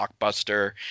blockbuster